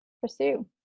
pursue